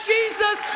Jesus